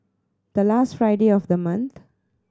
the last Friday of the month